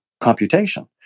computation